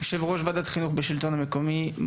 יושב-ראש ועדת החינוך בשלטון המקומי,